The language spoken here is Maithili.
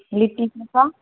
लिट्टी चोखा